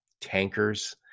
tankers